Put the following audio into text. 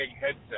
headset